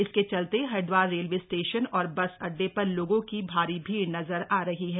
इसके चलते Haridwar railway station और बस अड्डे पर लोगों की भारी भीड़ नजर आ रही है